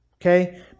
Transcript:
okay